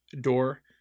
door